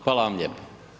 Hvala vam lijepa.